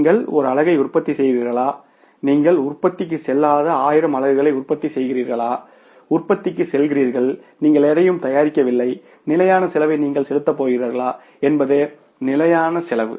நீங்கள் ஒரு அலகை உற்பத்தி செய்கிறீர்களா நீங்கள் உற்பத்திக்கு செல்லாத 1000 அலகுகளை உற்பத்தி செய்கிறீர்களா உற்பத்திக்கு செல்கிறீர்கள் நீங்கள் எதையும் தயாரிக்கவில்லை நிலையான செலவை நீங்கள் செலுத்தப் போகிறீர்களா என்பது நிலையான செலவு